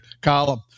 column